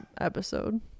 episode